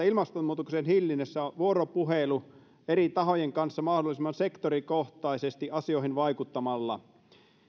ilmastonmuutoksen hillinnässä hyvin keskeistä vuoropuhelu eri tahojen kanssa mahdollisimman sektorikohtaisesti asioihin vaikuttamalla